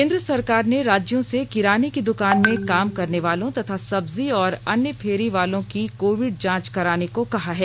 केंद्र सरकार ने राज्यों से किराने की दुकान में काम करने वालों तथा सब्जी और अन्य फेरी वालों की कोविड जांच कराने को कहा है